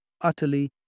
utterly